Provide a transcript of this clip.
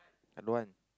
I don't want